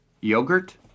Yogurt